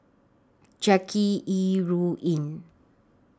Jackie Yi Ru Ying